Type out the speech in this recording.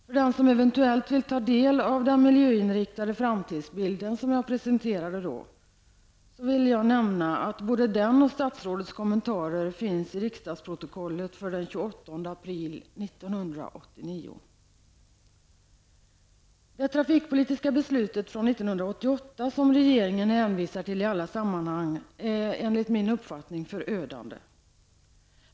För den som vill ta del av den miljöinriktade framtidsbild som jag då presenterade kan jag tala om att både den bilden och statsrådets kommentarer återfinns i riksdagsprotokollet från den 28 april 1989. Det trafikpolitiska beslut från 1988 som regeringen hänvisar till i alla sammanhang är enligt min uppfattning förödande.